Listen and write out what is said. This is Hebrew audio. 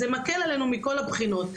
זה מקל עלינו מכל הבחינות,